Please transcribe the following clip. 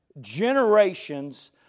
generations